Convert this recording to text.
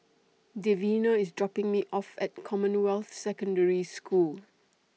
Davina IS dropping Me off At Commonwealth Secondary School